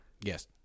Yes